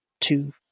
two